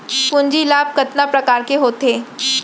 पूंजी लाभ कतना प्रकार के होथे?